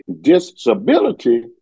disability